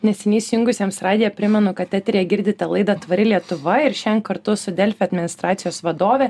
neseniai įsijungusiems radiją primenu kad eteryje girdite laida tvari lietuva ir šian kartu su delfi administracijos vadove